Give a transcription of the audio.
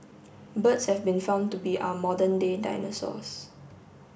birds have been found to be our modern day dinosaurs